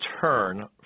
turn